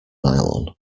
nylon